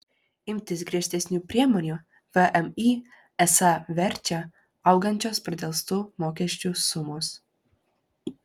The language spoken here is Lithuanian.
imtis griežtesnių priemonių vmi esą verčia augančios pradelstų mokesčių sumos